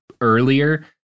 earlier